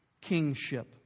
kingship